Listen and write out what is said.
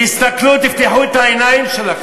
תסתכלו, תפתחו את העיניים שלכם.